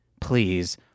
Please